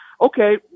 okay